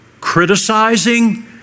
criticizing